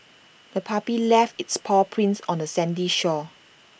the puppy left its paw prints on the sandy shore